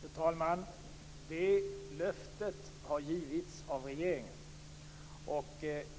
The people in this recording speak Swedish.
Fru talman! Det löftet har givits av regeringen.